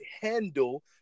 handle